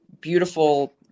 beautiful